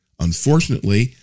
Unfortunately